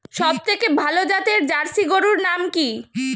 সবথেকে ভালো জাতের জার্সি গরুর নাম কি?